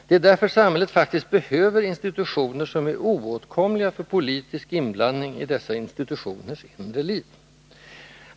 Det är därför samhället faktiskt ”behöver institutioner som är oåtkomliga för politisk inblandning i dessa institutioners inre liv”.